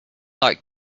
like